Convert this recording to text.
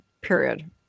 period